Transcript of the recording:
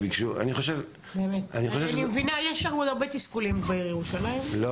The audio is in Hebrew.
אני מבינה שיש הרבה תסכולים בירושלים,